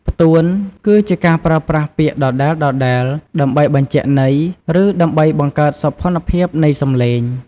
ផ្ទួន គឺជាការប្រើប្រាស់ពាក្យដដែលៗដើម្បីបញ្ជាក់ន័យ ឬដើម្បីបង្កើតសោភ័ណភាពនៃសំឡេង។